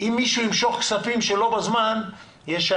שאם מישהו ימשוך כספים שלא בזמן ישלם